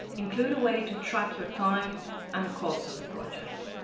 include a way to track your time and the costs of a project.